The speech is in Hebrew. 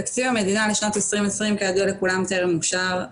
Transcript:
תקציב המדינה לשנת 2020 כידוע לכולם טרם אושר,